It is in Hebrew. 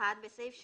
(1)בסעיף 6(ב),